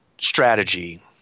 strategy